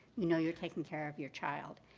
you know you're taking care of your child.